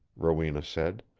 rowena said.